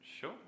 Sure